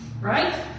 Right